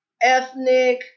ethnic